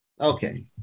okay